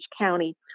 county